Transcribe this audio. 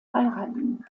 heiraten